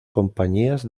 compañías